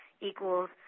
equals